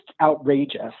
outrageous